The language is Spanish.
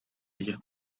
ella